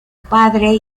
padre